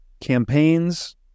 campaigns